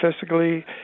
physically